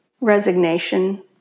resignation